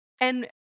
And-